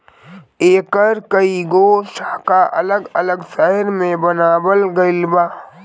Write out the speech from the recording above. एकर कई गो शाखा अलग अलग शहर में बनावल गईल बा